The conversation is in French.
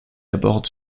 aborde